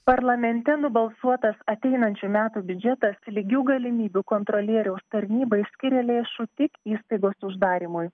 parlamente nubalsuotas ateinančių metų biudžetas lygių galimybių kontrolieriaus tarnybai išskyrė lėšų tik įstaigos uždarymui